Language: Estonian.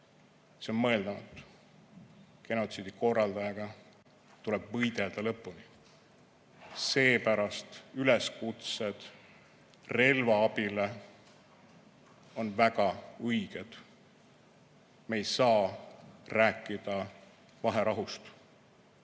see on mõeldamatu. Genotsiidi korraldajaga tuleb võidelda lõpuni. Seepärast on üleskutsed relvaabile väga õiged. Me ei saa rääkida vaherahust,